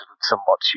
somewhat